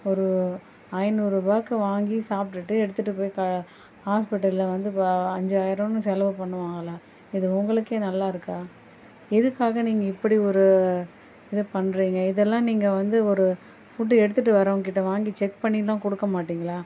ஒரு ஐநூறுரூவாக்கு வாங்கி சாப்பிடுட்டு எடுத்துகிட்டு போய் ஹாஸ்பிட்டலில் வந்து அஞ்சாயிரம்னு செலவு பண்ணுவாங்களா இது உங்களுக்கே நல்லாருக்கா எதற்காக நீங்கள் இப்படி ஒரு இது பண்ணுறீங்க இதெல்லாம் நீங்கள் வந்து ஒரு ஃபுட்டு எடுத்துகிட்டு வருவங்கக்கிட்ட வாங்கி செக் பண்ணிலாம் கொடுக்க மாட்டிங்களா